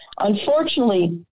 Unfortunately